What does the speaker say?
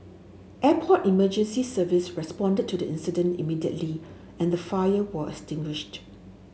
Airport Emergency Service responded to the incident immediately and the fire was extinguished